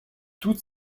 toute